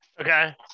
Okay